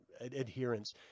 adherence